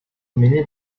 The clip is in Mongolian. миний